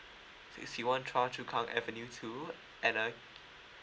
sixty one chua chu kang avenue two and uh